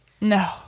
no